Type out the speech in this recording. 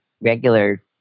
regular